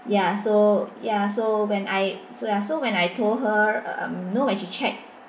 ya so ya so when I so ya so when I told her um you know when she check